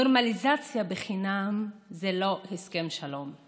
נורמליזציה בחינם זה לא הסכם שלום.